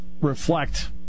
reflect